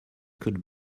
could